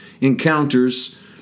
encounters